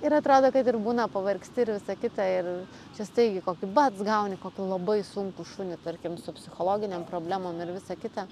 ir atrodo kad ir būna pavargsti ir visa kita ir čia staigiai kokį bac gauni kokį labai sunkų šunį tarkim su psichologinėm problemom ir visa kita